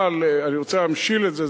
אני רוצה להמשיל את זה,